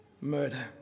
murder